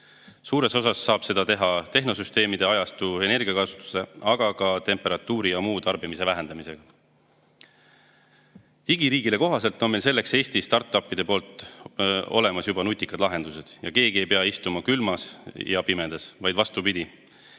Suures osas saab seda teha tehnosüsteemide ajastu energiakasutuse, aga ka temperatuuri ja muu tarbimise vähendamisega. Digiriigile kohaselt on meil selleks [tänu] Eestistart-up'idele olemas nutikad lahendused ja keegi ei pea istuma külmas ega pimedas, vaid vastupidi,